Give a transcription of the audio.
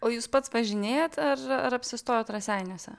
o jūs pats važinėjat ar ar apsistojot raseiniuose